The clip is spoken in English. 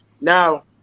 now